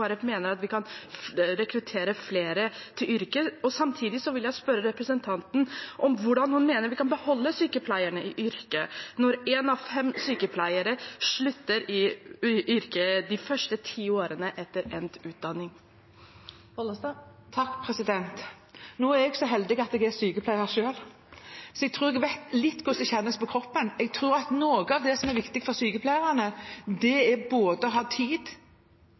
mener at vi kan rekruttere flere til yrket. Samtidig vil jeg spørre representanten Bollestad om hvordan hun mener vi kan beholde sykepleierne i yrket når én av fem sykepleiere slutter i yrket de første ti årene etter endt utdanning. Jeg er så heldig å være sykepleier selv, så jeg tror jeg vet litt om hvordan det kjennes på kroppen. Jeg tror at noe av det som er viktig for sykepleierne, er å ha både tid